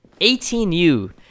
18U